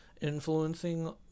influencing